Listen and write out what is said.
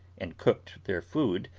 and cooked their food,